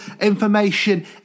information